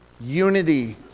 unity